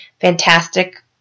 fantastic